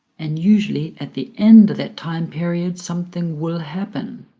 and usually at the end of that time period something will happen